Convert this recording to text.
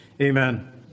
Amen